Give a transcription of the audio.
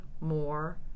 more